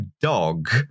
DOG